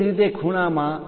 એ જ રીતે ખૂણામા 28